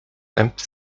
empty